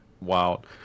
wild